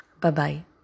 Bye-bye